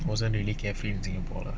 wasn't really carefree in singapore lah